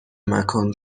مکان